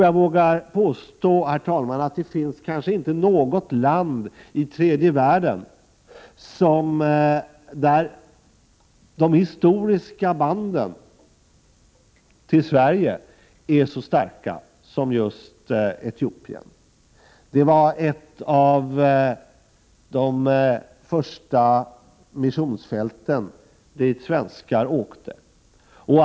Jag vågar nog, herr talman, påstå att det inte finns något land i tredje världen som har så starka historiska band till Sverige som just Etiopien. Etiopien var ett av de första missionsfält som svenskar åkte till.